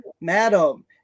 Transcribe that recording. madam